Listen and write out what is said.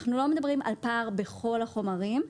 אנחנו לא מדברים על פער בכל החומרים.